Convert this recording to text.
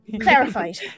Clarified